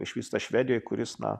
išvystytas švedijoj kuris na